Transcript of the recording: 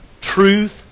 truth